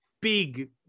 Big